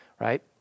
right